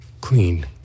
clean